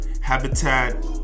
Habitat